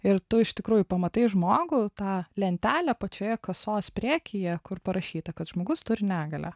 ir tu iš tikrųjų pamatai žmogų tą lentelę pačioje kasos priekyje kur parašyta kad žmogus turi negalią